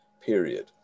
period